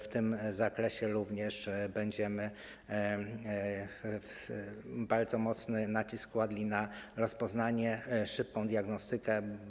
W tym zakresie również będziemy kładli bardzo mocny nacisk na rozpoznanie, szybką diagnostykę.